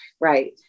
right